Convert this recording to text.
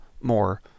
more